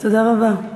תודה רבה.